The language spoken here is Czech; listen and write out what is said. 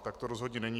Tak to rozhodně není.